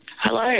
hello